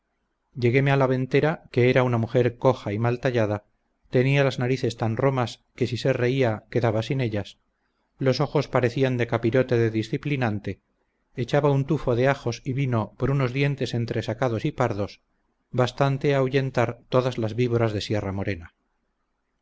lleguéme a la ventera que era una mujer coja y mal tallada tenía las narices tan romas que si se reía quedaba sin ellas los ojos parecían de capirote de disciplinante echaba un tufo de ajos y vino por unos dientes entresacados y pardos bastante a ahuyentar todas las víboras de sierra morena